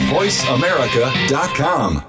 VoiceAmerica.com